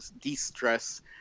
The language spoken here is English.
de-stress